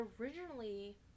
originally